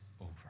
over